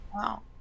wow